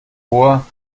vor